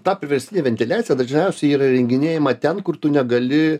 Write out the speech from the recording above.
ta priverstinė ventiliacija dažniausiai yra įrenginėjama ten kur tu negali